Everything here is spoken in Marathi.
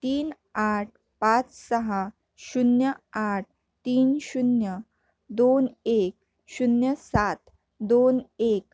तीन आठ पाच सहा शून्य आठ तीन शून्य दोन एक शून्य सात दोन एक